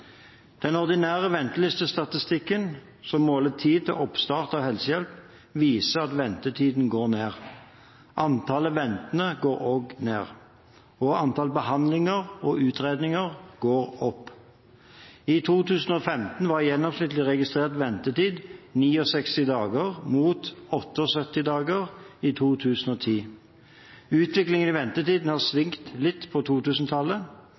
Den ordinære ventelistestatistikken, som måler tid til oppstart av helsehjelp, viser at ventetiden går ned. Antall ventende går også ned. Antall behandlinger og utredninger går opp. I 2015 var gjennomsnittlig registrert ventetid 69 dager mot 78 dager i 2010. Utviklingen i ventetiden har svingt litt på